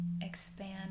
expand